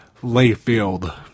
Layfield